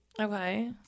Okay